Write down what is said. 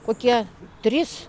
kokie trys